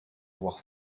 avoir